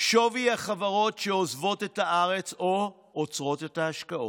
שווי החברות שעוזבות את הארץ או עוצרות את ההשקעות.